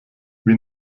wie